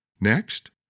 Next